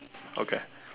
okay